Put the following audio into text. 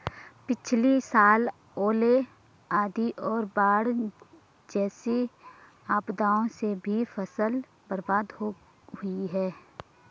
पिछली साल ओले, आंधी और बाढ़ जैसी आपदाओं से भी फसल बर्बाद हो हुई थी